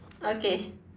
okay